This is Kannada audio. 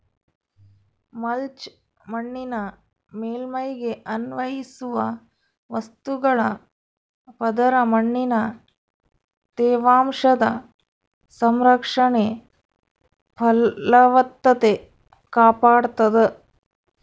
ಮಲ್ಚ್ ಮಣ್ಣಿನ ಮೇಲ್ಮೈಗೆ ಅನ್ವಯಿಸುವ ವಸ್ತುಗಳ ಪದರ ಮಣ್ಣಿನ ತೇವಾಂಶದ ಸಂರಕ್ಷಣೆ ಫಲವತ್ತತೆ ಕಾಪಾಡ್ತಾದ